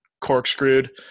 corkscrewed